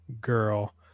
Girl